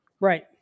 Right